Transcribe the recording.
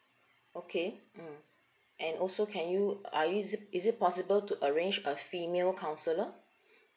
okay mm and also can you are you is it is it possible to arrange a female counsellor